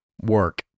work